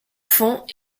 fonds